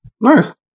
Nice